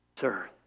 Sir